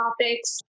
topics